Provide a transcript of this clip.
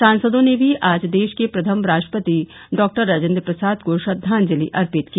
सांसदों ने भी आज देश के प्रथम राष्ट्रपति डॉक्टर राजेंद्र प्रसाद को श्रद्वांजलि अर्पित की